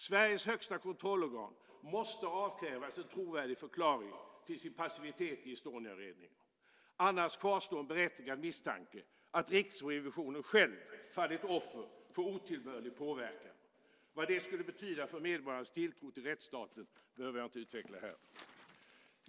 Sveriges högsta kontrollorgan måste avkrävas en trovärdig förklaring till sin passivitet i Estoniautredningen, annars kvarstår berättigad misstanke att Riksrevisionen själv fallit offer för otillbörlig påverkan. Vad det skulle betyda för medborgarnas tilltro till rättsstaten behöver jag inte utveckla här.